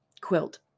quilt